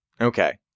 okay